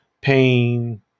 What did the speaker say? pain